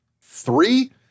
Three